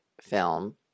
film